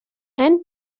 and